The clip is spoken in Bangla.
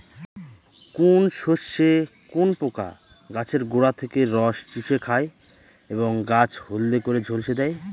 কোন শস্যে কোন পোকা গাছের গোড়া থেকে রস চুষে খায় এবং গাছ হলদে করে ঝলসে দেয়?